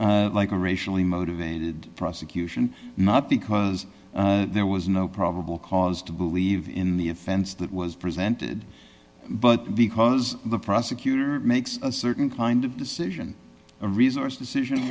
start like a racially motivated prosecution not because there was no probable cause to believe in the offense that was presented but because the prosecutor makes a certain kind of decision a resource decision